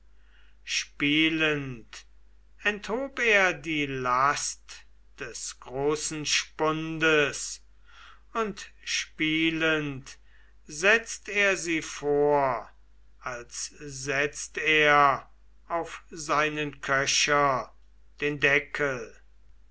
spielend enthob er die last des großen spundes und spielend setzt er sie vor als setzt er auf seinen köcher den deckel